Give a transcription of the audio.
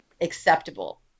acceptable